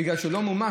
בגלל שזה לא מומש,